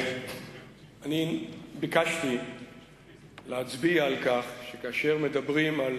אני ביקשתי להצביע על כך שכאשר מדברים על